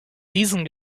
diesem